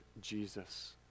Jesus